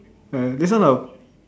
and this kind of